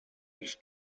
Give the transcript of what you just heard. ich